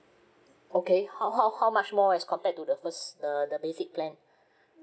okay how how how much more as compared to the first the the basic plan